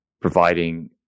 providing